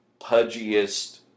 pudgiest